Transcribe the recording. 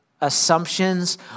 assumptions